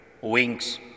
wings